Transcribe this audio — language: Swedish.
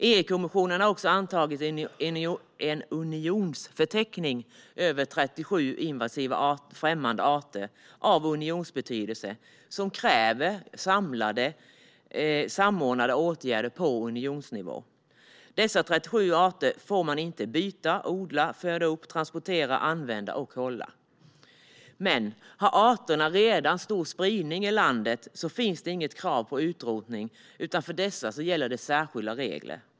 EU-kommissionen har antagit en unionsförteckning över 37 invasiva, främmande arter av unionsbetydelse, vilka kräver samordnade åtgärder på unionsnivå. Dessa 37 arter får man inte byta, odla, föda upp, transportera, använda eller hålla. Men om arterna redan har stor spridning i landet finns det inget krav på utrotning, utan för dessa gäller särskilda regler.